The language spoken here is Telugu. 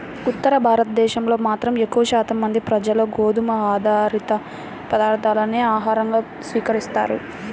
ఉత్తర భారతదేశంలో మాత్రం ఎక్కువ శాతం మంది ప్రజలు గోధుమ ఆధారిత పదార్ధాలనే ఆహారంగా స్వీకరిస్తారు